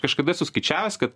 kažkada esu skaičiavęs kad